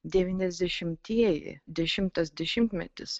devyniasdešimtieji dešimtas dešimtmetis